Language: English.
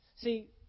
See